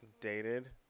dated